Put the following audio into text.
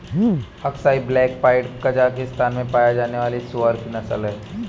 Aksai black pied Kazakhstan में पाया जाने वाली सूअर की नस्ल है